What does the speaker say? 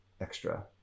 extra